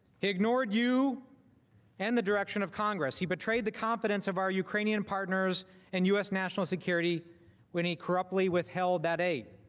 he ignored you and the direction of congress and betrayed the confidence of our ukrainian partners and u. s. national security when he corruptly withheld that aid.